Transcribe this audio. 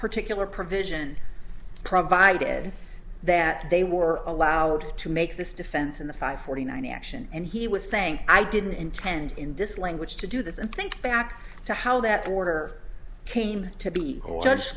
particular provision provided that they were allowed to make this defense in the five forty nine action and he was saying i didn't intend in this language to do this and think back to how that order came to be